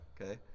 Okay